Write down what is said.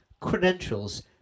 credentials